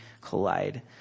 collide